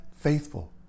faithful